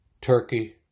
Turkey